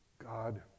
God